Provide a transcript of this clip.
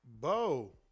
Bo